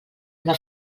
una